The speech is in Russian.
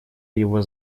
его